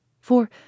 For